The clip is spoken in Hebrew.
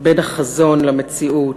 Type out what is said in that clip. בין החזון למציאות,